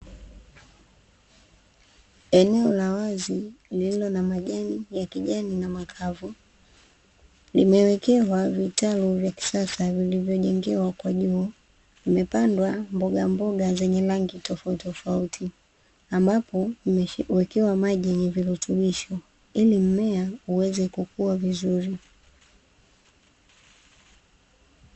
Eneo la wazi lililo na majani ya kijani na makavu, limewekewa vitalu vya kisasa vilivyojengewa kwa juu, vimepandwa mboga mboga zenye rangi tofauti tofauti, ambapo vimewekewa maji yenye virutubisho ili mmea uweze kukua vizuri.